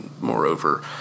moreover